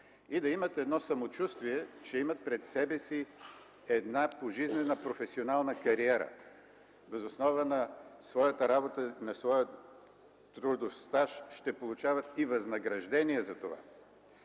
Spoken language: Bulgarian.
и да имат самочувствие, че имат пред себе си една пожизнена професионална кариера, като въз основа на своята работа и своя трудов стаж ще получават и възнаграждение за това.